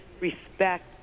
respect